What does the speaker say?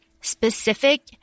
specific